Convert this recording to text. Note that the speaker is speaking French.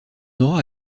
aura